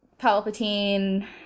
Palpatine